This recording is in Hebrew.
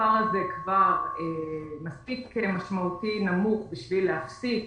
שהמספר הזה כבר מספיק נמוך משמעותית בשביל להפסיק